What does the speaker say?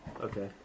Okay